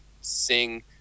sing